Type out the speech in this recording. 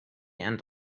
and